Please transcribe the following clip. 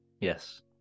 Yes